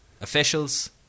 officials